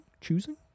choosing